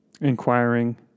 inquiring